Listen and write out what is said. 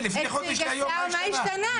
מלפני חודש להיום, מה השתנה?